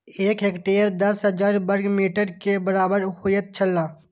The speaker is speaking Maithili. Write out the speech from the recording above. एक हेक्टेयर दस हजार वर्ग मीटर के बराबर होयत छला